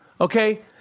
okay